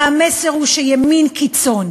והמסר הוא שימין קיצון